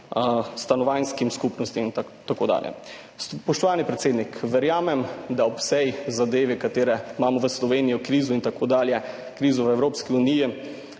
stanovanjskim skupnostim in tako dalje. Spoštovani predsednik, verjamem, da ob vsem, kar imamo v Sloveniji – krizo, krizo v Evropski uniji,